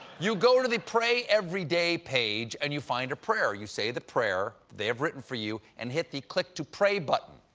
you go to the pray every day page, and you find a prayer. you say the prayer they have written for you, and hit the click to pray button.